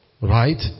right